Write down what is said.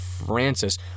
Francis